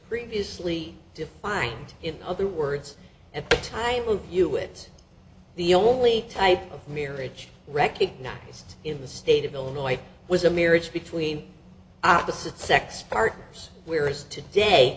previously defined in other words at the time when you it the only type of marriage recognized in the state of illinois was a marriage between the sit sex partners where is today